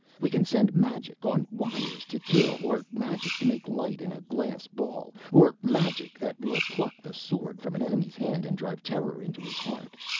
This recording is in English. we can send magic on wires to kill, or magic to make light in a glass ball or magic that will pluck the sword from an enemy's hand and drive terror into his heart.